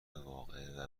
واقعه